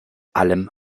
allem